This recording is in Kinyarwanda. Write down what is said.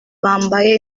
bambaye